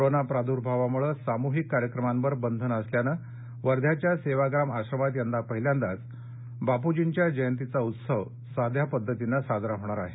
corona प्रादृर्भावामुळे सामूहिक कार्यक्रमांवर बंधनं असल्यानं वध्याच्या सेवाग्राम आश्रमात यंदा पहिल्यांदाच बापूजींच्या जयंतीचा उत्सव साध्या पद्धतीने साजरा होणार आहे